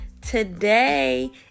Today